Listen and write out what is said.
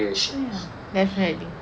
definitely